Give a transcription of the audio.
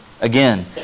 Again